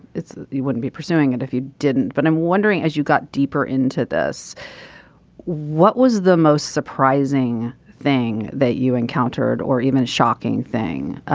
you wouldn't be pursuing it if you didn't. but i'm wondering as you got deeper into this what was the most surprising thing that you encountered or even shocking thing.